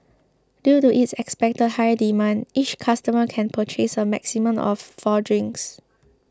due to expected high demand each customer can purchase a maximum of four drinks